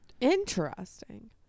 interesting